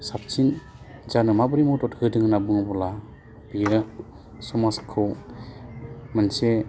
साबसिन जानो माबोरै मदद होदों होन्ना बुङोब्ला बेनो समाजखौ मोनसे